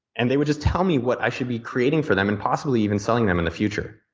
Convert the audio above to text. and they would just tell me what i should be creating for them and possibly even selling them in the future.